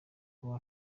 kuba